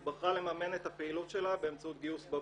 היא בחרה לממן את הפעילות שלה באמצעות גיוס בבורסה.